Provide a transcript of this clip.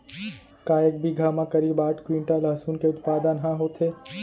का एक बीघा म करीब आठ क्विंटल लहसुन के उत्पादन ह होथे?